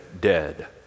dead